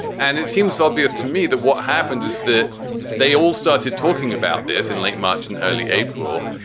and it seems obvious to me that what happened is that they all started talking about this in late march and early april.